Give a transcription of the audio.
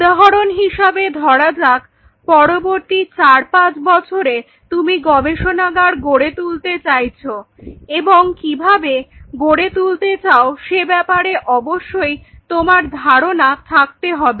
উদাহরণ হিসাবে ধরা যাক পরবর্তী চার পাঁচ বছরে তুমি গবেষণাগার গড়ে তুলতে চাইছো এবং কিভাবে গড়ে তুলতে চাও সে ব্যাপারে অবশ্যই তোমার ধারণা থাকতে হবে